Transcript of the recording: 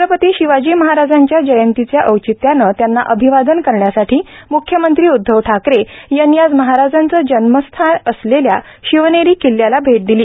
छत्रपती शिवाजी महाराजांच्या जयंतीच्या औचित्यानं त्यांना अभिवादन करण्यासाठी म्ख्यमंत्री उद्धव ठाकरे यांनी आज महाराजांचं जन्मस्थळ असलेल्या शिवनेरी किल्ल्याला भैट दिली